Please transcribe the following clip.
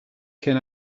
can